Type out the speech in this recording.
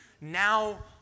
now